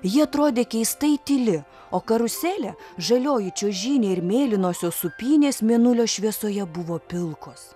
ji atrodė keistai tyli o karuselė žalioji čiuožynė ir mėlynosios sūpynės mėnulio šviesoje buvo pilkos